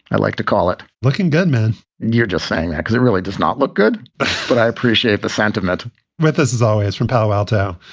i'd like to call it looking good, man. you're just saying because it really does not look good but i appreciate the sentiment with us, as always, from palo alto,